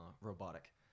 robotic